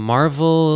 Marvel